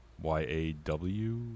Y-A-W